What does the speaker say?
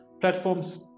platforms